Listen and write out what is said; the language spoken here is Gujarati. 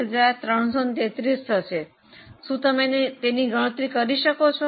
શું તમે તેની ગણતરી કરી શકો છો